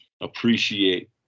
appreciate